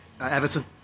Everton